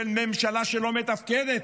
של ממשלה שלא מתפקדת.